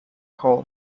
coal